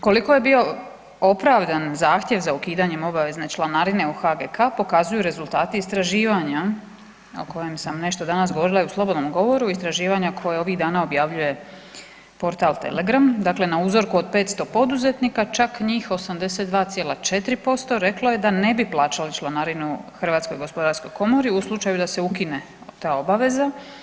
Koliko je bio opravdan zahtjev za ukidanjem obavezne članarine u HGK pokazuju rezultati istraživanja o kojim sam nešto danas govorila i u slobodnom govoru i istraživanja koja ovih dana objavljuje portal „Telegram“, dakle na uzorku od 500 poduzetnika čak njih 82,4% reklo je da ne bi plaćalo članarinu HGK u slučaju da se ukine ta obaveza.